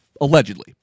Allegedly